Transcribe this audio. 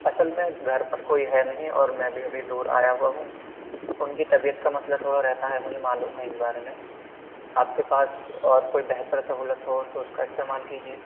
اصل میں گھر پر کوئی ہے نہیں اور میں بھی ابھی دور آیا ہوا ہوں ان کی طبیعت کا مسئلہ تھوڑا رہتا ہے مجھے معلوم ہے اس بارے میں آپ کے پاس اور کوئی بہتر سہولت ہو تو اس کا استعمال کیجیے